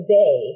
day